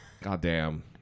Goddamn